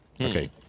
Okay